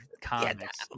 comics